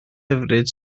hyfryd